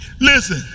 Listen